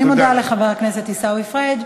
אני מודה לחבר הכנסת עיסאווי פריג'.